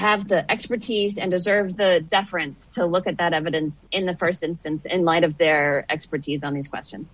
have the expertise and deserve the deference to look at that evidence in the st instance in light of their expertise on these question